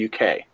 UK